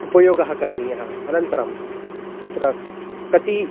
उपयोगः करणीयः अनन्तरं तत्र कति